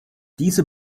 diese